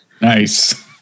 nice